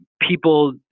people